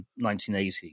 1980